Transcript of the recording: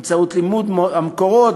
באמצעות לימוד המקורות,